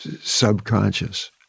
subconscious